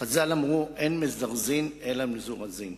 חז"ל אמרו: אין מזרזין אלא למזורזין.